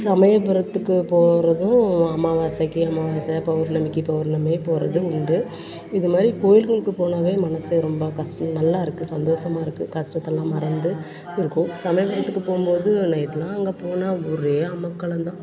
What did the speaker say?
சமயபுரத்துக்கு போகிறதும் அமாவாசைக்கு அமாவாசை பௌர்ணமிக்கு பௌர்ணமி போகிறது உண்டு இது மாதிரி கோவில்களுக்கு போனாவே மனசு ரொம்ப கஸ் நல்லா இருக்குது சந்தோஷமா இருக்குது கஷ்டத்தலாம் மறந்து இருக்கும் சமயபுரத்துக்கு போகும் போது நைட்லாம் அங்கே போனால் ஒரே அமர்க்களம் தான்